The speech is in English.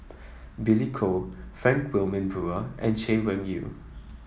Billy Koh Frank Wilmin Brewer and Chay Weng Yew